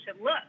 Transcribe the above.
look